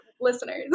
listeners